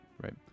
right